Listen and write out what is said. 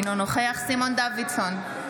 אינו נוכח סימון דוידסון,